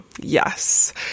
Yes